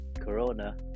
corona